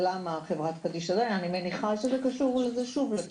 אני מניחה שזה קשור לתחומים.